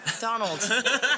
Donald